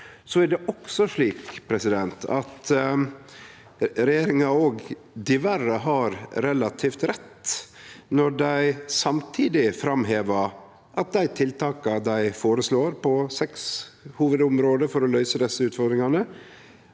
Så er det slik at regjeringa òg diverre har relativt rett når dei samtidig framhevar at dei tiltaka dei føreslår på seks hovudområde for å løyse desse utfordringane,